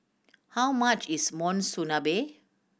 how much is Monsunabe